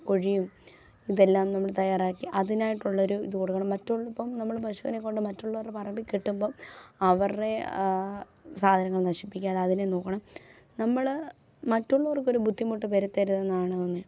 കുഴിയും ഇതെല്ലാം നമ്മൾ തയ്യാറാക്കി അതിനായിട്ടുള്ള ഒരു ഇത് കൊടുക്കണം മറ്റുള്ള ഇപ്പം നമ്മൾ പശുവിനെ കൊണ്ട് മറ്റുള്ളവരുടെ പറമ്പിൽ കെട്ടുമ്പം അവരുടെ സാധനങ്ങൾ നശിപ്പിക്കാതെ അതിനെ നോക്കണം നമ്മൾ മറ്റുള്ളവർക്ക് ഒരു ബുദ്ധിമുട്ട് വരുത്തരുത് എന്നാണ്